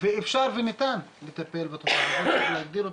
ואפשר וניתן לטפל בתופעה הזאת, צריך להגדיר אותה,